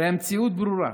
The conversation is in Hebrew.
הרי המציאות ברורה: